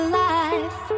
life